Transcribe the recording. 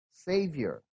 savior